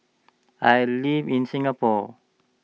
I live in Singapore